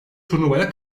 turnuvaya